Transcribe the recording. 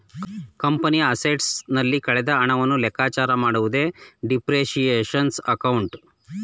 ಕಂಪನಿಯ ಅಸೆಟ್ಸ್ ನಲ್ಲಿ ಕಳೆದ ಹಣವನ್ನು ಲೆಕ್ಕಚಾರ ಮಾಡುವುದೇ ಡಿಪ್ರಿಸಿಯೇಶನ್ ಅಕೌಂಟ್